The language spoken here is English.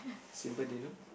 simple dinner